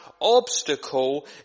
obstacle